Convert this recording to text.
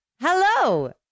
Hello